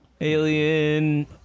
alien